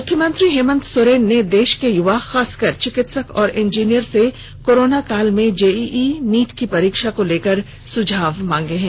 मुख्यमंत्री हेमन्त सोरेन ने देश के युवा खासकर चिकित्सक और इंजीनियर से कोरोना काल में जेईई नीट की परीक्षा को लेकर सुझाव मांगा है